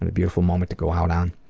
and beautiful moment to go out on,